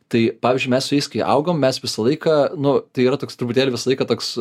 tai pavyzdžiui mes su jais kai augom mes visą laiką nu tai yra toks truputėlį visą laiką toks